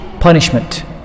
punishment